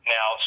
Now